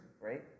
right